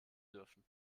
dürfen